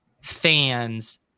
fans